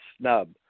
snub